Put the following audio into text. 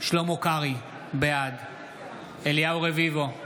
שלמה קרעי, בעד אליהו רביבו, בעד